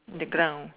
the ground